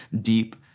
deep